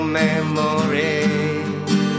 memories